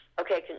okay